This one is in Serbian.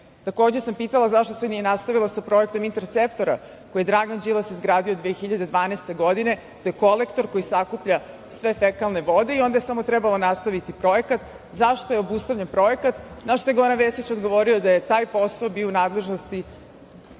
pitanje, zašto se nije nastavilo sa projektom "Interceptora" koji je Dragan Đilas izgradio 2012. godine? To je kolektor koji sakuplja sve fekalne vode i onda je samo trebalo nastaviti projekat. Zašto je obustavljen projekat? Na to je Goran Vesić odgovorio da je taj posao bio u nadležnosti